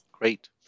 Great